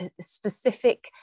specific